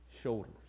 shoulders